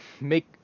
make